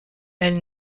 elle